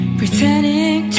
pretending